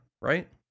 right